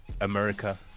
America